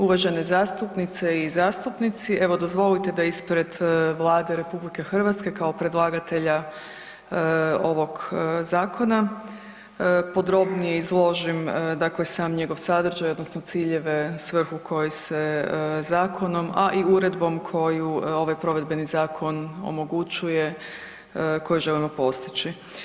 Uvažene zastupnice i zastupnici, evo, dozvolite da ispred Vlade RH kao predlagatelja ovog zakona podrobnije izložim, dakle sam njegov sadržaj odnosno ciljeve i svrhu koji se zakonom, a i uredbom koju ovaj provedbeni zakon omogućuje, koji želimo postići.